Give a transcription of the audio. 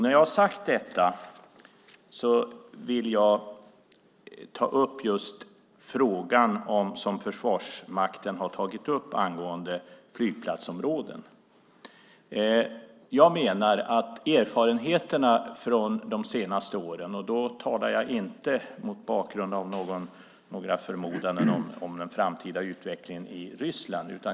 När jag har sagt detta vill jag ta upp just den fråga som Försvarsmakten har tagit upp angående flygplatsområden. Jag talar inte mot bakgrund av några förmodanden om den framtida utvecklingen i Ryssland.